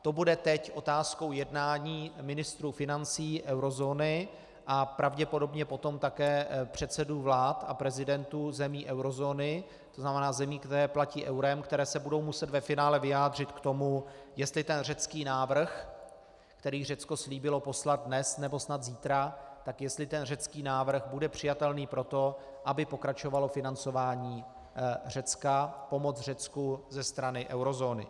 To bude teď otázkou jednání ministrů financí eurozóny a pravděpodobně potom také předsedů vlád a prezidentů zemí eurozóny, to znamená zemí, které platí eurem, které se budou muset ve finále vyjádřit k tomu, jestli ten řecký návrh, který Řecko slíbilo poslat dnes, nebo snad zítra, tak jestli ten řecký návrh bude přijatelný pro to, aby pokračovalo financování Řecka, pomoc Řecku ze strany eurozóny.